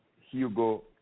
Hugo